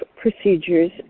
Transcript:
procedures